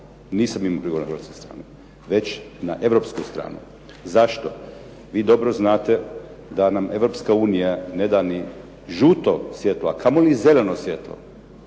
Nisam imao prigovor na hrvatsku stranu, već na europsku stranu. Zašto? Vi dobro znate da nam Europska unija ne da ni žuto svjetlo, a kamo li zeleno svjetlo